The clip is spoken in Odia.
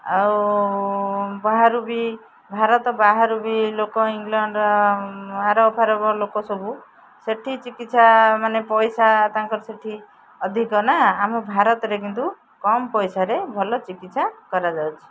ଆଉ ବାହାରୁ ବି ଭାରତ ବାହାରୁ ବି ଲୋକ ଇଂଲଣ୍ଡର ଆରବ ଫାରବ ଲୋକ ସବୁ ସେଠି ଚିକିତ୍ସା ମାନେ ପଇସା ତାଙ୍କର ସେଠି ଅଧିକ ନା ଆମ ଭାରତରେ କିନ୍ତୁ କମ ପଇସାରେ ଭଲ ଚିକିତ୍ସା କରାଯାଉଛି